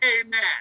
amen